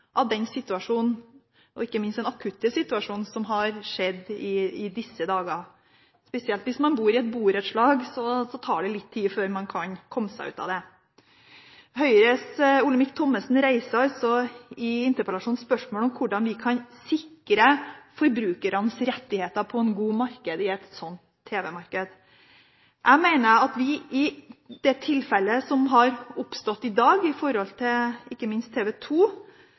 av en slik situasjon, og ikke minst den akutte situasjonen som har oppstått i disse dager. Spesielt hvis man bor i et borettslag, tar det litt tid før man kan komme seg ut av det. Høyres Olemic Thommessen reiser i interpellasjonen spørsmål om hvordan vi kan sikre forbrukernes rettigheter på en god måte i et sånt tv-marked. Jeg mener at vi i det tilfellet som har oppstått i dag ikke minst med tanke på TV